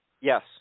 Yes